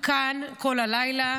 כאן כל הלילה,